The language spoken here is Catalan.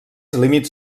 límits